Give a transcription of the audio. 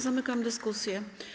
Zamykam dyskusję.